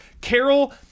Carol